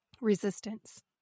resistance